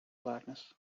blackness